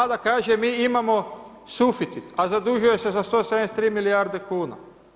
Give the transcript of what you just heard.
Vlada kaže, mi imamo suficit, a zadužuje se za 183 milijarde kuna.